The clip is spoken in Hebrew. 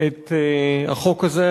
את החוק הזה.